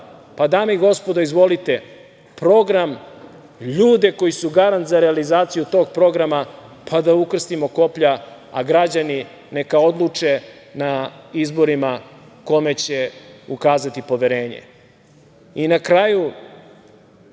pa, dame i gospodo, izvolite, program, ljude koji su garant za realizaciju tog programa, pa da ukrstimo koplja, a građani neka odluče na izborima kome će ukazati poverenje. Na kraju,